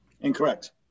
Incorrect